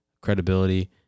credibility